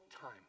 time